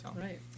Right